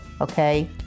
okay